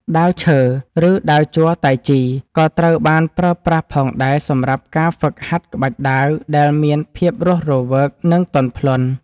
ដាវឈើ ឬដាវជ័រតៃជី ក៏ត្រូវបានប្រើប្រាស់ផងដែរសម្រាប់ការហ្វឹកហាត់ក្បាច់ដាវដែលមានភាពរស់រវើក និងទន់ភ្លន់។